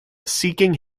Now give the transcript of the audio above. seeking